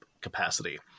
capacity